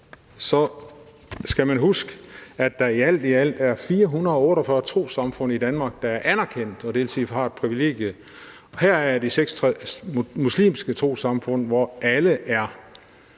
skal man huske, at der i alt er 448 trossamfund i Danmark, der er anerkendt – dvs. har det privilegie – og heraf er de 36 muslimske trossamfund, som alle er